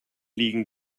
liegen